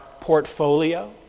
portfolio